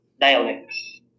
dialects